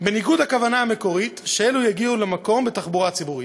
בניגוד לכוונה המקורית שאלו יגיעו למקום בתחבורה הציבורית.